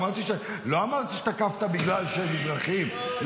אמרתי, לא אמרתי שתקפת בגלל שהם מזרחיים.